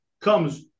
comes